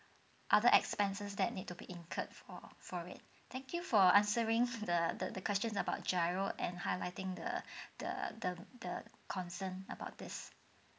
other expenses that need to be incurred for for it thank you for answering for the the the question about GIRO and highlighting the the the the concern about this